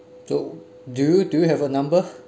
so do do you have a number